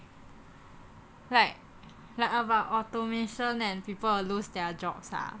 like like about automation and people who lose their jobs ah